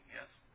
Yes